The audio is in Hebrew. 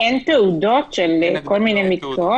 אין תעודות של כל מיני מקצועות?